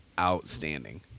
outstanding